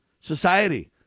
society